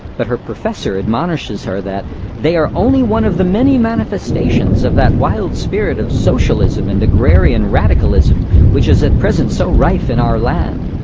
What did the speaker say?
but her professor admonishes her that they are only one of the many manifestations of that wild spirit of socialism and agrarian radicalism which is at present so rife in our land.